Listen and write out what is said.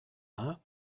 dda